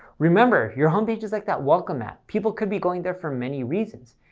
remember, your home page is like that welcome mat. people can be going there for many reasons.